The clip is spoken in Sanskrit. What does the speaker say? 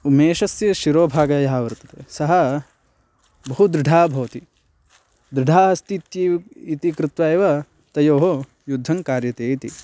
मेषस्य शिरोभागः यः वर्तते सः बहु दृढः भवति दृढः अस्ति इत्युक्ते इति कृत्वा एव तयोः युद्धं कार्यते इति